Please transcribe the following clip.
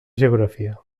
geografia